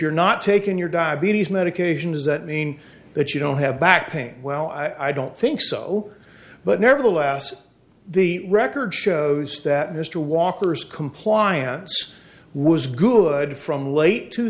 you're not taking your diabetes medications that mean that you don't have back pain well i don't think so but nevertheless the record shows that mr walker's compliance was good from late two